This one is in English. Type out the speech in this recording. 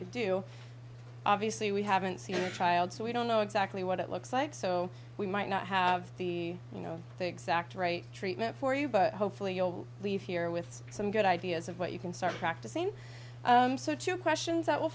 could do obviously we haven't seen a child so we don't know exactly what it looks like so we might not have the you know the exact right treatment for you but hopefully you'll leave here with some good ideas of what you can start practicing so two questions that will